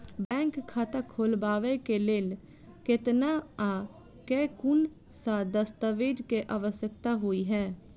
Bank खाता खोलबाबै केँ लेल केतना आ केँ कुन सा दस्तावेज केँ आवश्यकता होइ है?